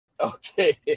Okay